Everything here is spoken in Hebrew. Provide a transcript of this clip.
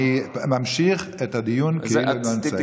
אני ממשיך את הדיון כאילו הם נמצאים.